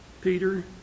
Peter